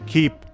Keep